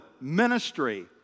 ministry